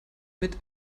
mit